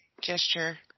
gesture